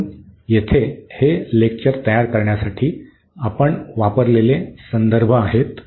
म्हणून येथे हे लेक्चर तयार करण्यासाठी आपण वापरलेले संदर्भ आहेत